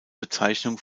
bezeichnung